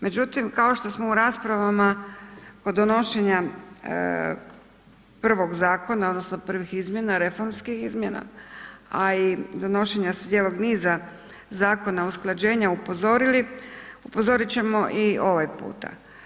Međutim, kao što smo u raspravama kod donošenja prvog zakona odnosno prvih izmjena, reformskih izmjena, a i donošenja cijelog niza zakona usklađenja upozorili, upozorit ćemo i ovaj puta.